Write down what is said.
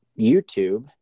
youtube